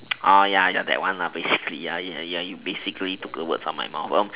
oh ya ya that one basically ya ya you basically took the words from my mouth well